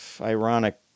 ironic